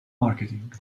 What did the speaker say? marketing